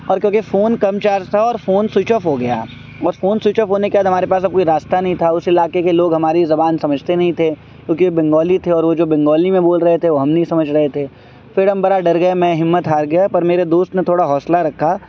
اور کیونکہ فون کم چارج تھا اور فون سوئچ آف ہو گیا اور فون سوئچ آف ہونے کے بعد ہمارے پاس اب کوئی راستہ نہیں تھا اس علاقے کے لوگ ہماری زبان سمجھتے نہیں تھے کیونکہ وہ بنگالی تھے اور وہ جو بنگالی میں بول رہے تھے وہ ہم نہیں سمجھ رہے تھے پھر ہم برا ڈر گئے میں ہمت ہار گیا پر میرے دوست نے تھوڑا حوصلہ رکھا